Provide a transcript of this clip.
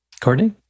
Courtney